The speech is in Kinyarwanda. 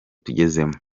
tugezemo